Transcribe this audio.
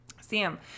Sam